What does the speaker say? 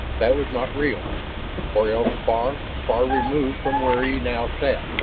that was not real or else far, far removed from where he now sat.